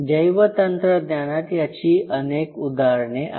जैवतंत्रज्ञानात याची अनेक उदाहरणे आहेत